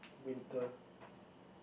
winter